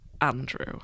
Andrew